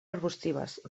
arbustives